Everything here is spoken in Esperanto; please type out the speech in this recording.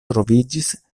troviĝis